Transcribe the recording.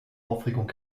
aufregung